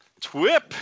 TWIP